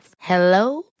Hello